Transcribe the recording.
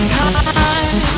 time